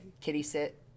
kitty-sit